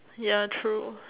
ya true